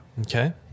Okay